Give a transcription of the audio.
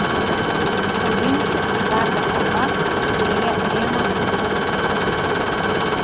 po ginčų užverda kova kurioje rėmas žūsta